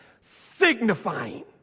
signifying